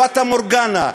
פטה מורגנה,